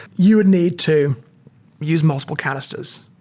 you would need to use multiple canisters.